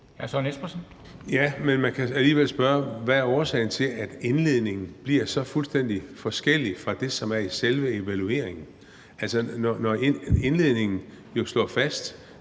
Ja, men man kan alligevel spørge: Hvad er årsagen til, at indledningen bliver så fuldstændig forskellig fra det, som står i selve evalueringen, altså at man i indledningen slår fast,